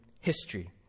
history